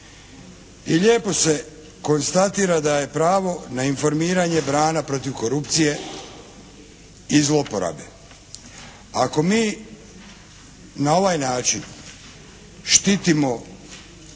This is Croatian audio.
I lijepo se konstatira da je pravo na informiranje brana protiv korupcije i zlouporabe. Ako mi na ovaj način štititmo